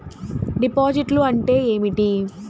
డిపాజిట్లు అంటే ఏమిటి?